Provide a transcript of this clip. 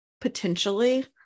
potentially